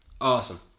Awesome